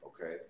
Okay